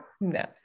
No